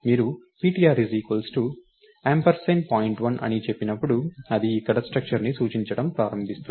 మీరు ptr ampersand point one అని చెప్పినప్పుడు అది ఇక్కడ స్ట్రక్టర్ ని సూచించడం ప్రారంభిస్తుంది